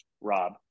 Rob